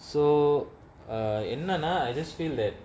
so uh என்னனா:ennanaa I just feel that